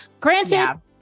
Granted